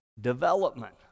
development